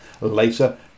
later